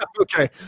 okay